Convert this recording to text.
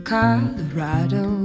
Colorado